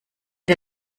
der